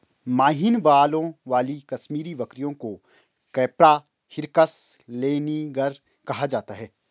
महीन बालों वाली कश्मीरी बकरियों को कैपरा हिरकस लैनिगर कहा जाता है